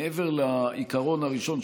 מעבר לעיקרון הראשון,